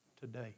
today